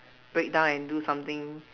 break down and do something